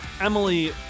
Emily